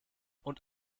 und